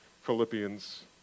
Philippians